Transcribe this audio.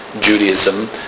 Judaism